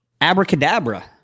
Abracadabra